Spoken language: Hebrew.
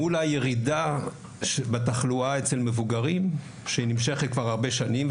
מול הירידה בתחלואה אצל מבוגרים כבר הרבה שנים,